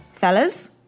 fellas